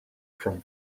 from